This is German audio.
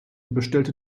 bestellte